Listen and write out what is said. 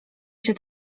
się